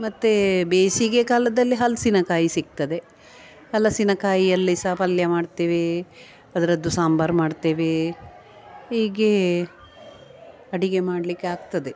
ಮತ್ತು ಬೇಸಿಗೆಕಾಲದಲ್ಲಿ ಹಲಸಿನಕಾಯಿ ಸಿಗ್ತದೆ ಹಲಸಿನಕಾಯಿಯಲ್ಲಿ ಸಹ ಪಲ್ಯ ಮಾಡ್ತೇವೆ ಅದರದ್ದು ಸಾಂಬಾರು ಮಾಡ್ತೇವೆ ಹೀಗೆ ಅಡುಗೆ ಮಾಡಲಿಕ್ಕೆ ಆಗ್ತದೆ